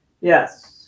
Yes